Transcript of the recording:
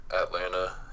Atlanta